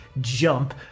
jump